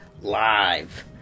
Live